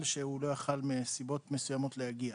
שהוא לא יכול היה מסיבות מסוימות להגיע.